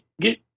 get